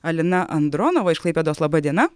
alina andronova iš klaipėdos laba diena